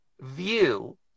view